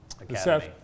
Academy